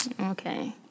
Okay